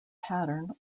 pattern